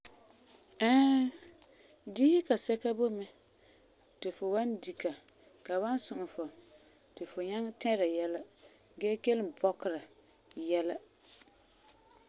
Ɛɛ, diisi kasɛka boi mɛ ti fu wan di ka, la wan suŋɛ fu ti fu nyaŋɛ tɛra yɛla gee kelum bɔkera yɛla.